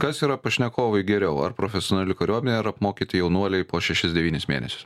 kas yra pašnekovui geriau ar profesionali kariuomenė ar apmokyti jaunuoliai po šešis devynis mėnesius